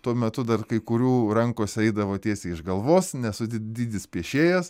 tuo metu dar kai kurių rankos eidavo tiesiai iš galvos nesu di didis piešėjas